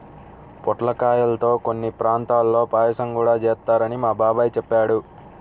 పొట్లకాయల్తో కొన్ని ప్రాంతాల్లో పాయసం గూడా చేత్తారని మా బాబాయ్ చెప్పాడు